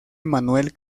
emmanuel